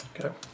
okay